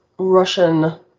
Russian